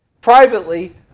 privately